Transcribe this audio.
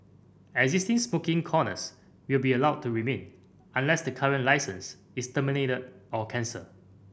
existing corners will be allowed to remain unless the current licence is terminated or cancelled